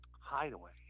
Hideaway